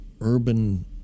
urban